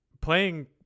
playing